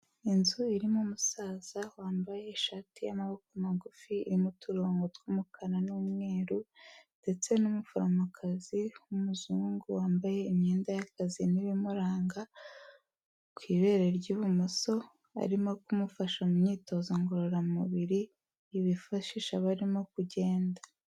Inzu irimo umusaza, wambaye ishati y'amaboko magufi, irimo uturongo tw'umukara n'umweru, ndetse n'umuforomokazi, w'umuzungu, wambaye imyenda y'akazi n'ibimuranga, ku ibere ry'ibumoso, arimo kumufasha mu myitozo ngororamubiri, bifashisha barimo kugenda.